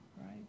Right